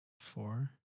Four